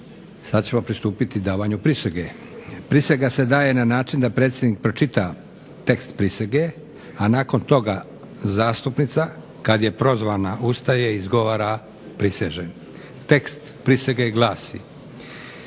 Sad ćemo pristupiti davanju prisege. Prisega se daje na način da predsjednik pročita tekst prisege a nakon toga zastupnica kad je prozvana ustaje i izgovara prisežem. Tekst prisege glasi: